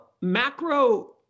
macro